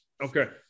Okay